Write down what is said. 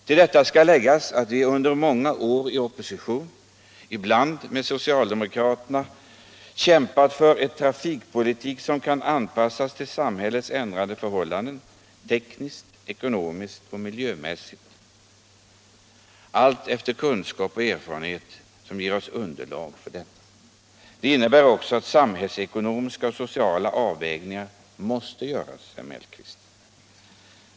Till det skall läggas att vi under många år i opposition, ibland tillsammans med socialdemokraterna, har kämpat för en trafikpolitik som kan anpassas till samhällets ändrade förhållanden tekniskt, ekonomiskt och miljömässigt — allt efter kunskap och erfarenhet som ger oss underlag härför. Det innebär också att samhällsekonomiska och sociala avvägningar måste göras, herr Mellqvist.